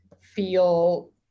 feel